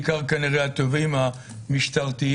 בעיקר כנראה התובעים המשטרתיים